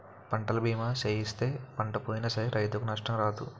పంటల బీమా సేయిస్తే పంట పోయినా సరే రైతుకు నష్టం రాదు